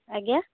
ଆଜ୍ଞା